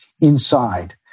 inside